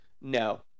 No